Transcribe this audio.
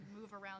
move-around